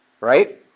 right